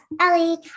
Ellie